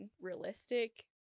realistic